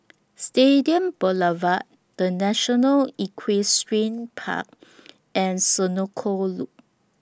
Stadium Boulevard The National Equestrian Park and Senoko Loop